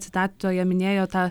citatoje minėjo tą